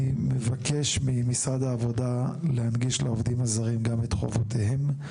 אני מבקש ממשרד העבודה להנגיש לעובדים הזרים גם את חובותיהם,